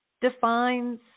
defines